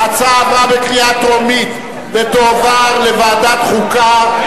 ההצעה עברה בקריאה טרומית ותועבר לוועדת החוקה,